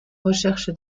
recherche